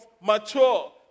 mature